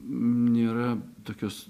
nėra tokios